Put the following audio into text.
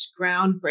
groundbreaking